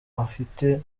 afite